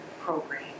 program